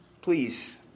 Please